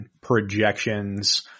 projections